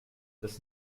das